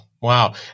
Wow